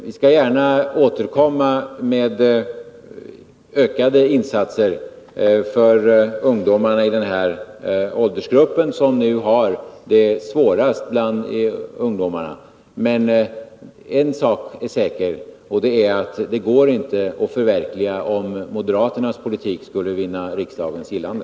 Vi skall gärna återkomma med förslag till ökade insatser för ungdomarna i den här åldersgruppen, vilka är de ungdomar som har det svårast. Men en sak är säker, och det är att detta inte går att förverkliga om moderaternas politik skulle vinna riksdagens gillande.